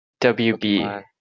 WB